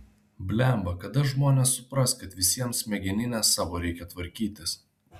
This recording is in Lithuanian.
blemba kada žmonės supras kad visiems smegenines savo reikia tvarkytis